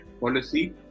policy